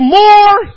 more